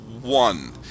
one